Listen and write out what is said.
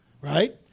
right